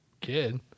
kid